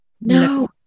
no